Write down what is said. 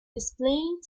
displaying